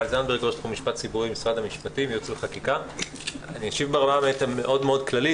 אני אשיב ברמה המאוד מאוד כללית,